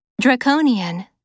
Draconian